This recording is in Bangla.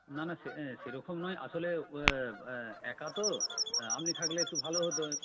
না না সেরকম নয় আসলে একা তো আপনি থাকলে একটু ভালো হতো